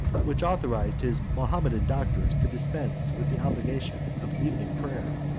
which authorized his mahometan doctors to dispense with the obligation of evening prayer.